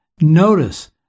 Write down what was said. Notice